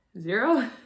Zero